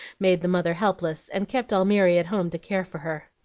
made the mother helpless and kept almiry at home to care for her.